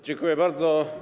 Dziękuję bardzo.